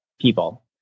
people